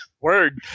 word